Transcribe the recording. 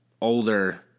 older